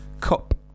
cup